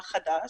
מה חדש?